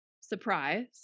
surprise